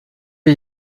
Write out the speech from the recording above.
les